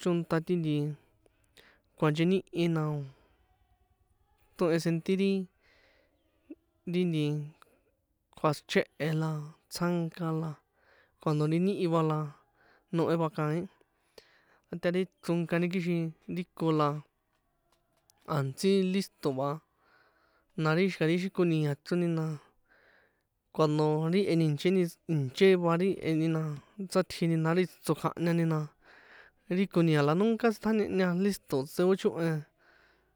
chónta ti nti kuancheníhi na o̱ tohen sentir ri, ri nti kjuachehe la tsjanka, la cuando ri níhi va la nohe va kaín, ta ri chronkani kixin ri ko la a̱ntsí lísto̱ va, na ri xika̱ ri xi koni̱a̱ chroni na, cuando ri eni ìnchéni, ìnché va ri eni na sátji na ri tsokjahñani na ri koni̱a̱ la nunca tsitjañehña, lísto̱ tsꞌejochohen.